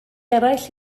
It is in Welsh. eraill